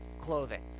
clothing